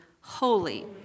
Holy